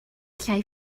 llai